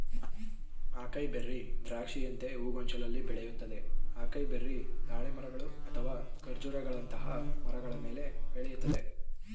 acai berry ದ್ರಾಕ್ಷಿಯಂತೆ ಹೂಗೊಂಚಲಲ್ಲಿ ಬೆಳಿತದೆ ಅಕೈಬೆರಿ ತಾಳೆ ಮರಗಳು ಅಥವಾ ಖರ್ಜೂರಗಳಂತಹ ಮರಗಳ ಮೇಲೆ ಬೆಳಿತದೆ